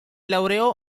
laureò